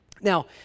Now